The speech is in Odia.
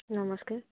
ନମସ୍କାର